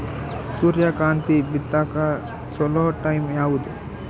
ಸೂರ್ಯಕಾಂತಿ ಬಿತ್ತಕ ಚೋಲೊ ಟೈಂ ಯಾವುದು?